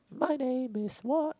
my name is what